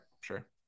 Sure